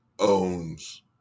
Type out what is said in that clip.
owns